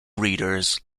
breeders